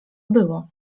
było